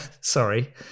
sorry